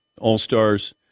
All-Stars